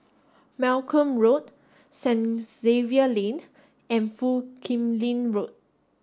Malcolm Road Saint Xavier's Lane and Foo Kim Lin Road